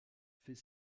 fait